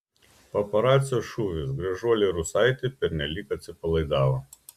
paparacio šūvis gražuolė rusaitė pernelyg atsipalaidavo